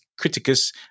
criticus